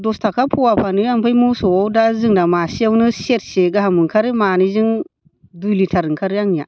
दस थाखा पवा फानो ओमफ्राय मोसौआव दा जोंना मासेयावनो सेरसे गाहाम ओंखारो मानैजों दुइ लिथार ओंखारो आंनिया